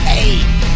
Hey